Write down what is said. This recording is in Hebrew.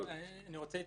--- אני רוצה להתייחס,